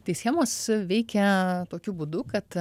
tai schemos veikia tokiu būdu kad